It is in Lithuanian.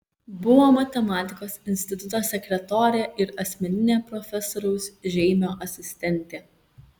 buvo matematikos instituto sekretorė ir asmeninė profesoriaus žeimio asistentė